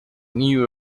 new